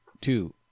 two